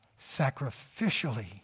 sacrificially